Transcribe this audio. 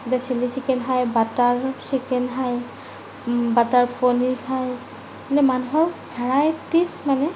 এতিয়া chilli chicken খায় butter chicken খায় বাটাৰ পনীৰ খায় মানুহৰ ভেৰাইটিচ মানে